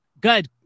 Good